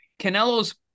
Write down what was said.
Canelo's